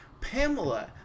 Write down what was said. pamela